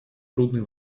трудные